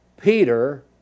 Peter